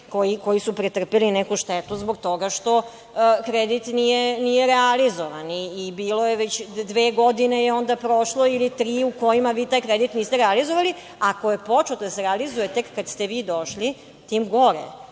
koji su pretrpeli nekakvu štetu zbog toga što kredit nije realizovan. Već dve godine je onda prošlo, ili tri, u kojima vi taj kredit niste realizovali, a koji je počeo da se realizuje tek kad ste vi došli. Tim gore,